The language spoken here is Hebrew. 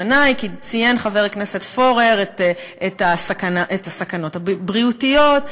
לפני ציין חבר הכנסת פורר את הסכנות הבריאותיות,